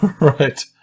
Right